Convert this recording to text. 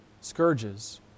scourges